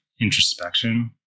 introspection